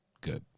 Good